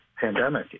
pandemic